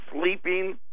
sleeping